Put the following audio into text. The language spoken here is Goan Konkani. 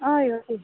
हय